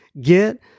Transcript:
get